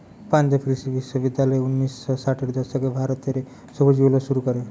পাঞ্জাব কৃষি বিশ্ববিদ্যালয় উনিশ শ ষাটের দশকে ভারত রে সবুজ বিপ্লব শুরু করে